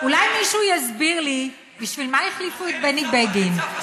אולי מישהו יסביר לי בשביל מה החליפו את בני בגין?